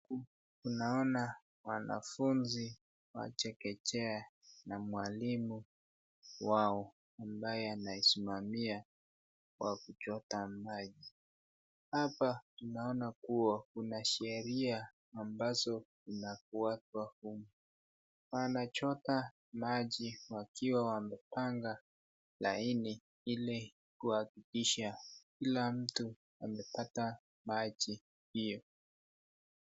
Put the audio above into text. Unaona wanafunzi wachekechea na mwalimu wao ambaye anawasimamia wa kuchota maji. Hapa tunaona kuwa kuna sheria ambazo zinakwapo humu. Wanachota maji wakiwa wamepanga laini ile kuhakikisha kila mtu amepata maji hiyo.